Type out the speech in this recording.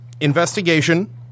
investigation